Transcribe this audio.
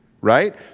Right